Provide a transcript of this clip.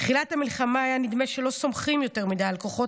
"בתחילת המלחמה היה נדמה שלא סומכים יותר מדי על הכוחות